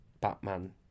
batman